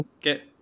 get